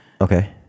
Okay